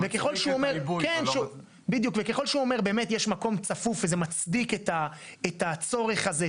וככל שהוא אומר שבאמת יש מקום צפוף וזה מצדיק את הצורך הזה,